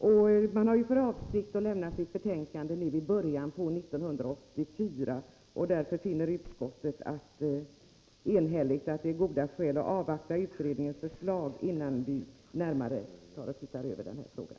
Utredningen har för avsikt att lämna sitt betänkande i början av 1984, varför utskottet enhälligt finner att goda skäl talar för att vi skall avvakta utredningens förslag innan vi närmare ser över frågan.